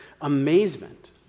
amazement